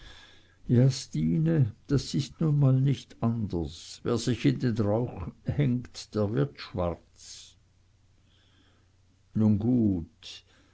ja stine das ist nun mal nicht anders wer sich in den rauch hängt der wird schwarz nun gut